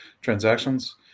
transactions